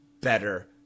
better